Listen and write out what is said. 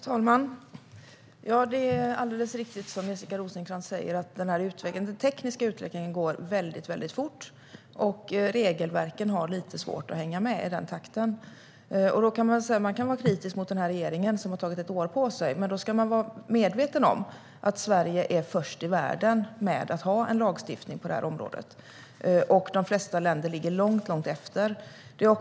Herr talman! Det är alldeles riktigt, som Jessica Rosencrantz säger, att den tekniska utvecklingen går väldigt fort och regelverken har svårt att hänga med i samma takt. Man kan vara kritisk mot att regeringen har tagit ett år på sig, men då ska man vara medveten om att Sverige är först i världen med en lagstiftning på detta område. De flesta länder ligger långt efter.